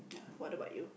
what about you